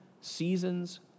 seasons